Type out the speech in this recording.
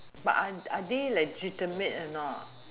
but are they legitimate or not